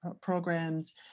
programs